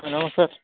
sir ନମସ୍କାର